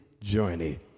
journey